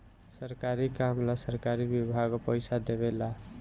सरकारी काम ला सरकारी विभाग पइसा देवे ला